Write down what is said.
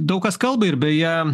daug kas kalba ir beje